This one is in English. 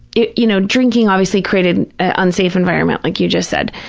you you know, drinking obviously created an unsafe environment, like you just said,